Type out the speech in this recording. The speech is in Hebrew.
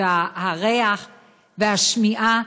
והריח והשמיעה,